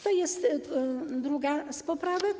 To jest druga z poprawek.